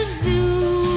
zoo